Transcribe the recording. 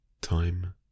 time